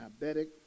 diabetic